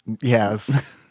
Yes